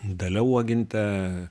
dalia uogintė